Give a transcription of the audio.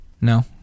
No